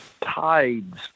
Tides